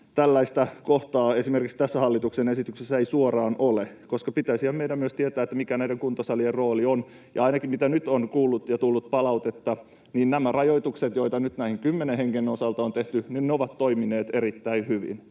tällaista kohtaa esimerkiksi tässä hallituksen esityksessä ei suoraan ole, koska pitäisihän meidän tietää myös, mikä näiden kuntosalien rooli on. Ja ainakin mitä nyt olen kuullut ja on tullut palautetta, nämä rajoitukset, joita näihin on nyt kymmenen hengen osalta tehty, ovat toimineet erittäin hyvin.